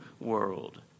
world